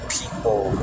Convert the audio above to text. people